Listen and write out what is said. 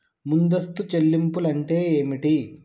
ముందస్తు చెల్లింపులు అంటే ఏమిటి?